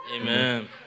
Amen